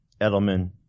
Edelman